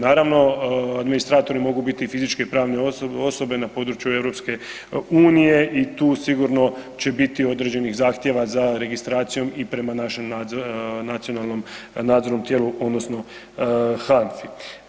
Naravno, administratori mogu biti fizičke i pravne osobe na području EU i tu sigurno će biti određenih zahtjeva za registracijom i prema nađem nacionalnom nadzornom tijelu odnosno HANFA-i.